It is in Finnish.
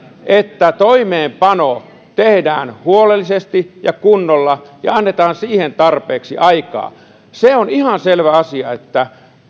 että toimeenpano tehdään huolellisesti ja kunnolla ja annetaan siihen tarpeeksi aikaa se on ihan selvä asia että